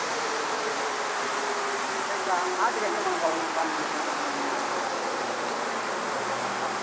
ஆ ஆ சரிப்பா ஆட்டுக்கறியும் வேணுப்பா ஒரு பாஞ்சு கிலோ ஆ